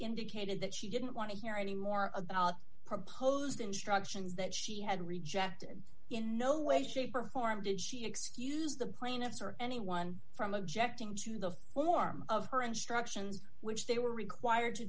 indicated that she didn't want to hear any more about proposed instructions that she had rejected in no way shape or form did she excuse the plaintiffs or anyone from objecting to the form of her instructions which they were required to